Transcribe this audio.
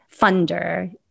funder